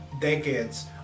decades